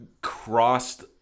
crossed